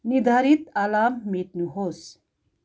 निर्धारित अलार्म मेट्नुहोस्